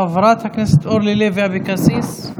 חברת הכנסת אורלי לוי אבקסיס,